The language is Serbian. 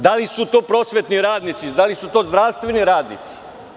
Da li su to prosvetni radnici, da li su to zdravstveni radnici?